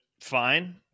fine